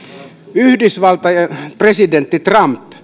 yhdysvaltojen presidentti trump